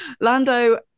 Lando